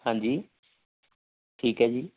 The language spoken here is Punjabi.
ਹਾਂਜੀ ਠੀਕ ਹੈ ਜੀ